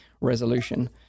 resolution